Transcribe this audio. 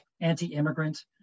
anti-immigrant